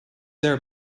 there